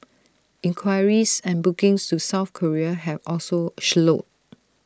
inquiries and bookings to south Korea have also slowed